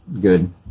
good